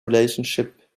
relationship